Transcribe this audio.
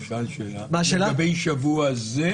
הוא שאל האם זה לגבי שבוע זה או בכלל?